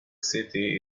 city